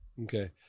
Okay